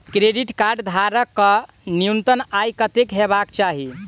Credit card धारक कऽ न्यूनतम आय कत्तेक हेबाक चाहि?